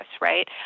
right